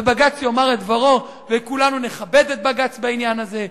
ובג"ץ יאמר את דברו וכולנו נכבד את בג"ץ בעניין הזה,